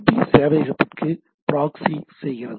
B சேவையகத்திற்கு proxy செய்கிறது